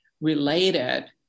related